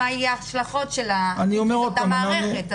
מה יהיו ההשלכות של אותה מערכת.